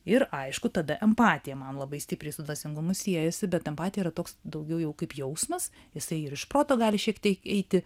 ir aišku tada empatija man labai stipriai su dvasingumu siejasi bet empatija yra toks daugiau jau kaip jausmas jisai ir iš proto gali šiek tiek eiti